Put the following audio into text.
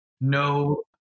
no